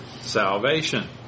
salvation